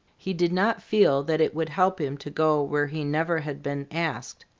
he did not feel that it would help him to go where he never had been asked.